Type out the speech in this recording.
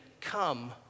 come